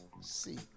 see